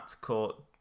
court